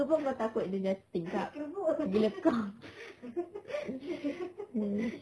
tu pun kau takut ginger jatuh tingkap bila kau